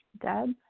Deb